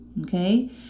Okay